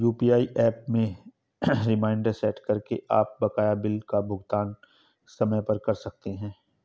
UPI app में reminder set करके आप बकाया बिल का भुगतान समय पर कर सकते हैं